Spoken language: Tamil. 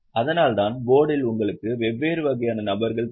அதனால்தான் போர்டில் உங்களுக்கு வெவ்வேறு வகையான நபர்கள் தேவை